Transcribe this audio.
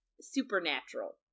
supernatural